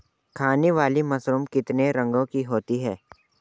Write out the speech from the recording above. खाने वाली मशरूम कितने रंगों की होती है?